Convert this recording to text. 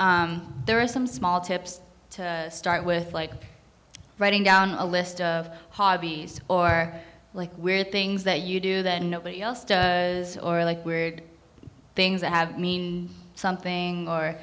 there are some small tips to start with like writing down a list of hobbies or like weird things that you do that nobody else does or like weird things that have mean something or